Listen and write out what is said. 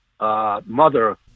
mother